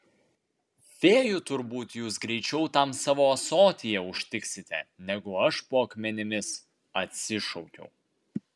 fėjų turbūt jūs greičiau tam savo ąsotyje užtiksite negu aš po akmenimis atsišaukiau